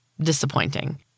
disappointing